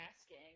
asking